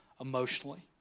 emotionally